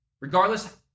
regardless